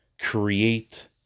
create